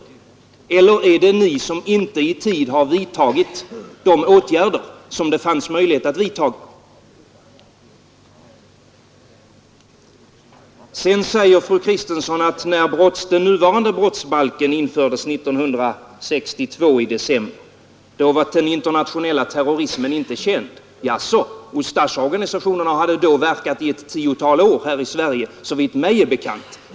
Eller är det ni som inte i tid har vidtagit de åtgärder som det fanns möjligheter att vidta? Fru Kristensson säger att den internationella terrorismen inte var känd när den nuvarande brottsbalken infördes i december 1962. Jaså! Ustasja-organisationen hade då verkat ett tiotal år här i Sverige, såvitt mig är bekant.